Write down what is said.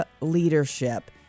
leadership